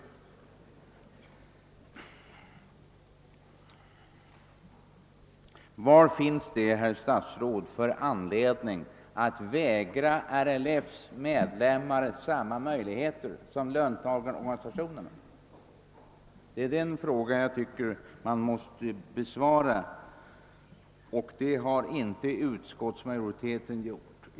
Av vilken anledning skall, herr statsråd, RLF:s medlemmar frånkännas samma möjligheter som löntagarorganisationernas medlemmar har? Detta är en fråga som måste besvaras, men det har inte utskottsmajoriteten gjort.